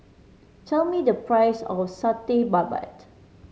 tell me the price of Satay Babat